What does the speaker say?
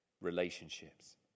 relationships